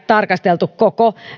tarkasteltu koko